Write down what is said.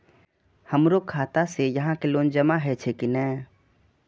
हमरो खाता से यहां के लोन जमा हे छे की ने?